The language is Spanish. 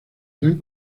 eran